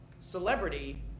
celebrity